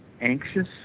anxious